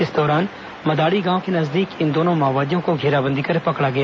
इस दौरान मदाड़ी गांव के नजदीक इन दोनों माओवादियों को घेराबंदी कर पकड़ा गया